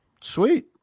Sweet